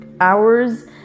hours